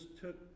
took